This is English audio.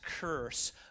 curse